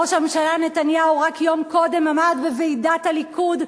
ראש הממשלה נתניהו רק יום קודם עמד בוועידת הליכוד.